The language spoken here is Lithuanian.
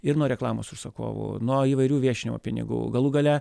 ir nuo reklamos užsakovų nuo įvairių viešinimo pinigų galų gale